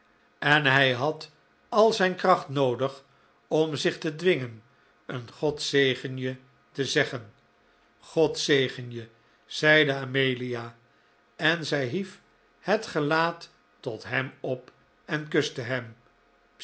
en hij had al zijn kracht noodig om zich te dwingen een god zegen je te zeggen god zegen je zeide amelia en zij hief het gelaat tot hem op en kuste hem